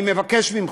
אני מבקש ממך,